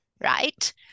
right